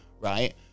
right